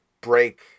break